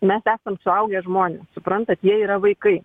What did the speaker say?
mes esam suaugę žmonės suprantat jie yra vaikai